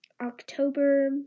October